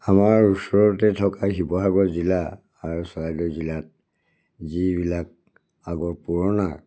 আমাৰ ওচৰতে থকা শিৱসাগৰ জিলা আৰু চৰাইদেউ জিলাত যিবিলাক আগৰ পুৰণা